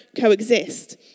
coexist